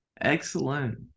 Excellent